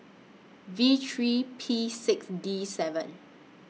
V three P six D seven